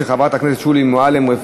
של חברת הכנסת שולי מועלם-רפאלי,